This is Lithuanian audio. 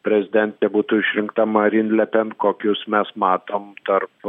prezidentė būtų išrinkta marin le pen kokius mes matom tarp